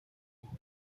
you